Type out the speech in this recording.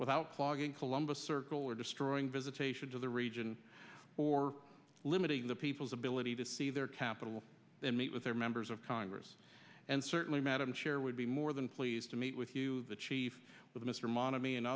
without clogging columbus circle or just during visitation to the region for limiting the people's ability to see their capital and meet with their members of congress and certainly madam chair would be more than pleased to meet with you the chief with mr m